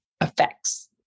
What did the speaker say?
effects